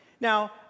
Now